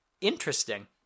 interesting